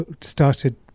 started